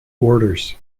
orders